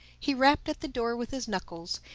he rapped at the door with his knuckles,